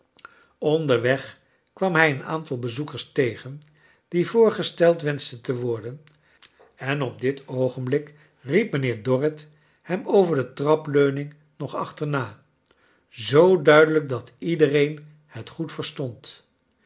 onderweg kwam hij een aantal bezoekers tegen die voorgesteld wenschten te worden en op dit oogenblik riep mijnheer dorrit hem over de trapleuning nog achterna zoo duidelrjk dat iedereen het goed verstond